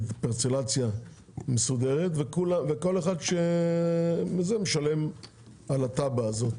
פרצלציה מסודרת וכל אחד משלם על התב"ע הזאת,